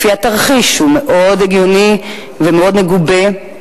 לפי התרחיש שהוא מאוד הגיוני ומאוד מגובה,